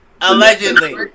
Allegedly